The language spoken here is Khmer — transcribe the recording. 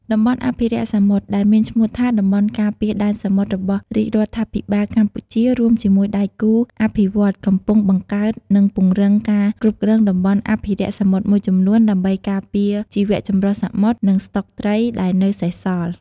តំបន់អភិរក្សសមុទ្រ ដែលមានឈ្មោះថា តំបន់ការពារដែនសមុទ្រ របស់រាជរដ្ឋាភិបាលកម្ពុជា រួមជាមួយដៃគូអភិវឌ្ឍន៍ កំពុងបង្កើត និងពង្រឹងការគ្រប់គ្រងតំបន់អភិរក្សសមុទ្រមួយចំនួន ដើម្បីការពារជីវៈចម្រុះសមុទ្រ និងស្តុកត្រីដែលនៅសេសសល់។